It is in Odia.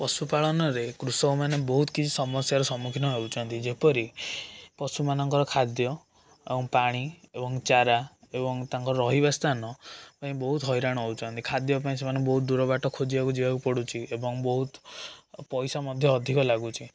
ପଶୁପାଳନରେ କୃଷକମାନେ ବହୁତ କିଛି ସମସ୍ୟାର ସମ୍ମୁଖୀନ ହଉଛନ୍ତି ଯେପରି ପଶୁମାନଙ୍କର ଖାଦ୍ୟ ଆଉ ପାଣି ଏବଂ ଚାରା ଏବଂ ତାଙ୍କର ରହିବା ସ୍ଥାନ ପାଇଁ ବହୁତ ହଇରାଣ ହଉଛନ୍ତି ଖାଦ୍ୟପାଇଁ ସେମାନେ ବହୁତ ଦୂରବାଟ ଖୋଜିବାକୁ ଯିବାକୁ ପଡ଼ୁଛି ଏବଂ ବହୁତ ପଇସା ମଧ୍ୟ ଅଧିକ ଲାଗୁଛି